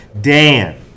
Dan